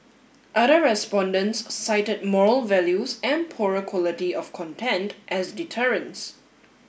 other respondents cited moral values and poorer quality of content as deterrents